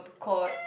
quote